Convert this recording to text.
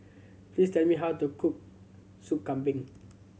please tell me how to cook Sup Kambing